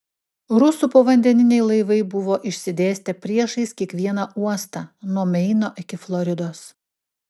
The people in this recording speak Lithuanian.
rusų povandeniniai laivai buvo išsidėstę priešais kiekvieną uostą nuo meino iki floridos